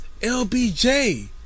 LBJ